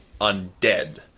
undead